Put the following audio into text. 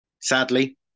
Sadly